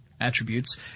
Attributes